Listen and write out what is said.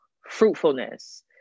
fruitfulness